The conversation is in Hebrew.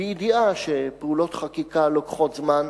בידיעה שפעולות חקיקה לוקחות זמן,